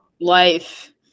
life